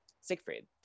Siegfried